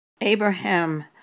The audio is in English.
Abraham